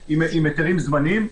עם היתרים זמניים.